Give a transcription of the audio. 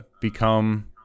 become